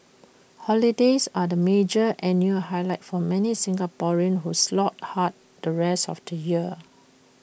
holidays are the major annual highlight for many Singaporeans who slog hard the rest of the year